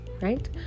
right